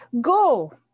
go